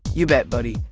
you bet, buddy.